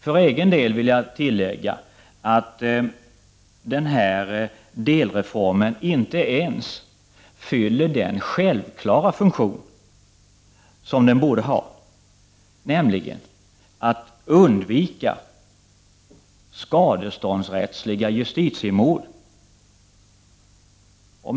För egen del vill jag tillägga att den här delreformen inte ens fyller den självklara funktion som den borde ha, nämligen att undvika skadeståndsrättsliga justitiemord.